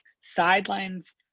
sidelines